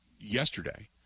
yesterday